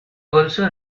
also